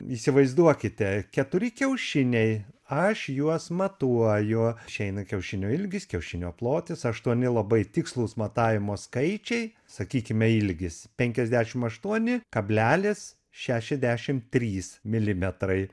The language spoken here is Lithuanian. įsivaizduokite keturi kiaušiniai aš juos matuoju išeina kiaušinio ilgis kiaušinio plotis aštuoni labai tikslūs matavimo skaičiai sakykime ilgis penkiasdešim aštuoni kablelis šešiasdešim trys milimetrai